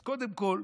אז קודם כול,